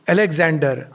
Alexander